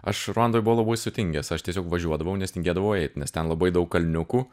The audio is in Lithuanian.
aš ruandoj buvau labai sutingęs aš tiesiog važiuodavau nes tingėdavau eit nes ten labai daug kalniukų